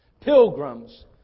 pilgrims